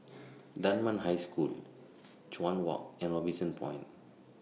Dunman High School Chuan Walk and Robinson Point